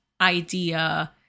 idea